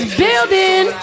building